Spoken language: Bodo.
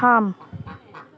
थाम